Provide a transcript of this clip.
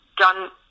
done